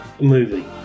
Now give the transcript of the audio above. movie